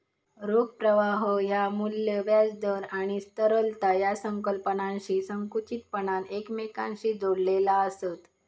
रोख प्रवाह ह्या मू्ल्य, व्याज दर आणि तरलता या संकल्पनांशी संकुचितपणान एकमेकांशी जोडलेला आसत